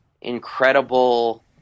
incredible